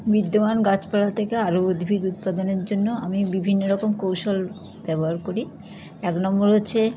বিদ্যমান গাছপালা থেকে আরো উদ্ভিগ উৎপাদনের জন্য আমি বিভিন্ন রকম কৌশল ব্যবহার করি এক নম্বর হচ্ছে